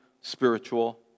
spiritual